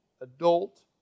adult